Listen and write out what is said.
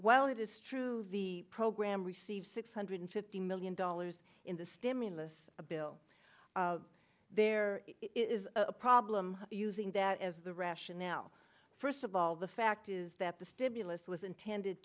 while it is true the program received six hundred fifty million dollars in the stimulus bill there is a problem using that as the rationale first of all the fact is that the stimulus was intended